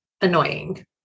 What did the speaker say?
annoying